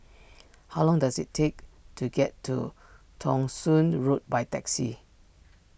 how long does it take to get to Thong Soon Road by taxi